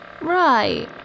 Right